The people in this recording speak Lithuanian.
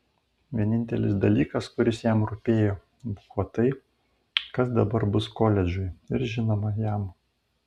vienintelis dalykas kuris jam rūpėjo buvo tai kas dabar bus koledžui ir žinoma jam